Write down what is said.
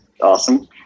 awesome